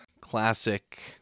classic